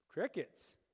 crickets